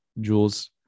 Jules